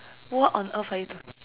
what on earth are you talking